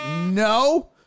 No